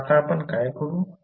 तर आता आपण काय करू